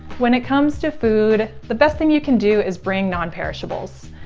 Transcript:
when it comes to food, the best thing you can do is bring non-perishables.